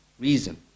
Reason